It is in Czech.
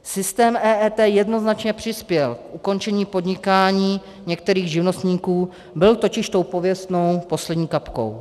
Systém EET jednoznačně přispěl k ukončení podnikání některých živnostníků, byl totiž tou pověstnou poslední kapkou.